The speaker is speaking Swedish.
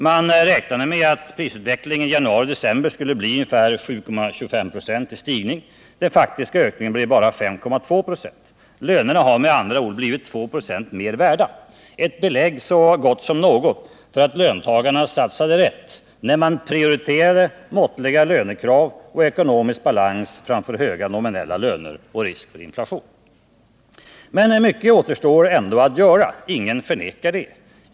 Man räknade med att prisutvecklingen januari-december skulle innebära ungefär 7,5 96 ökning. Den faktiska ökningen blev bara 5,2 26. Lönerna har med andra ord blivit 2 26 mer värda, ett belägg så gott som något på att löntagarna satsade rätt när man prioriterade måttliga lönekrav och ekonomisk balans framför höga nominella löner och risk för inflation. Men mycket återstår ändå att göra — ingen förnekar det.